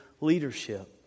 leadership